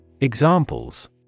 Examples